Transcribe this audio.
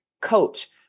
coach